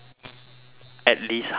at least half an hour